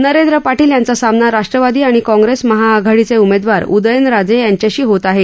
नरेंद्र पाटील यांचा सामना राष्ट्रवादी आणि काँप्रेस महाआघाडीचे उमेदवार उदयनराजे यांच्याशी होत आहे